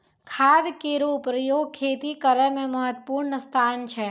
खाद केरो प्रयोग खेती करै म महत्त्वपूर्ण स्थान छै